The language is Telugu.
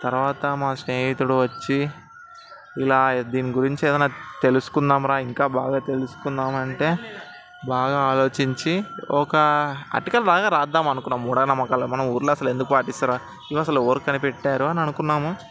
తర్వాత మా స్నేహితుడు వచ్చి ఇలా దీనిగురించి ఏదన్నా తెలుసుకుందాం రా ఇంకా బాగా తెలుసుకుందాం అంటే బాగా ఆలోచించి ఒక ఆర్టికల్లాగా రాద్దాం అనుకున్నా మూఢనమ్మకాలు మన ఊళ్ళో అసలు ఎందుకు పాటిస్తారు ఇవి అసలు ఎవరు కనిపెట్టారు అని అనుకున్నాము